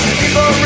people